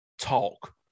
talk